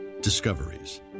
Discoveries